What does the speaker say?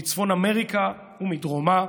מצפון אמריקה ומדרומה,